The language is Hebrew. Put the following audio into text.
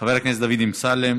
חבר הכנסת דוד אמסלם,